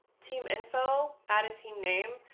team info out of team name,